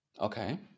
Okay